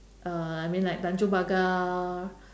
uh I mean like tanjong-pagar